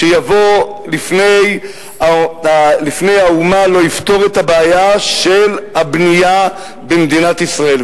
שיבוא לפני האומה לא יפתור את הבעיה של הבנייה במדינת ישראל.